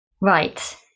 Right